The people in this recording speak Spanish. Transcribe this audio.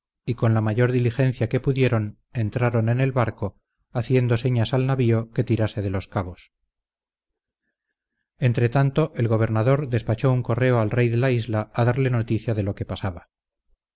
y con la mayor diligencia que pudieron entraron en el barco haciendo señas al navío que tirase de los cabos entre tanto el gobernador despachó un correo al rey de la isla a darle noticia de lo que pasaba